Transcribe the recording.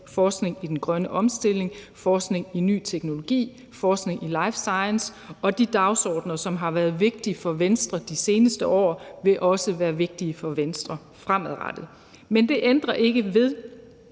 forskning i den grønne omstilling, forskning i ny teknologi, forskning i life science. De dagsordener, som har været vigtige for Venstre de seneste år, vil også være vigtige for Venstre fremadrettet. Men det ændrer ikke ved,